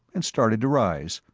and started to rise.